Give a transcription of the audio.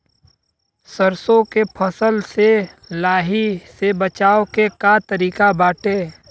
सरसो के फसल से लाही से बचाव के का तरीका बाटे?